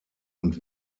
und